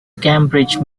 cambridge